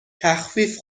تخفیف